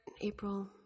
April